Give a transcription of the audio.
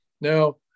Now